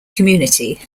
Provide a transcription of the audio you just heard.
community